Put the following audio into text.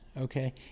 okay